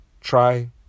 try